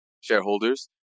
shareholders